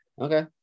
okay